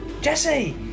Jesse